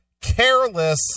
careless